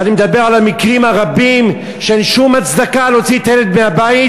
ואני מדבר על המקרים הרבים שאין שום הצדקה להוציא את הילד מהבית,